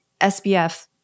SBF